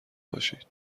باشید